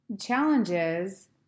challenges